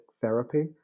therapy